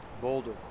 Boulder